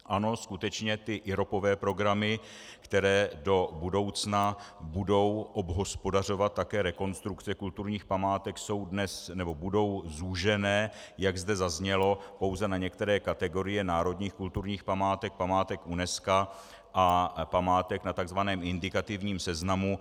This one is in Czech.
Ano, skutečně ty iropové programy, které do budoucna budou obhospodařovat také rekonstrukce kulturních památek, budou zúžené, jak zde zaznělo, pouze na některé kategorie národních kulturních památek, památek UNESCO a památek na tzv. indikativním seznamu.